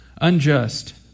unjust